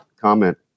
comment